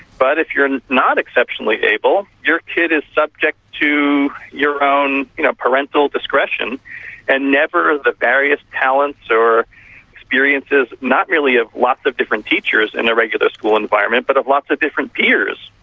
but if you're not exceptionally able, your kid is subject to your own you know parental discretion and never the various talents or experiences not merely of ah lots of different teachers in a regular school environment, but of lots of different peers.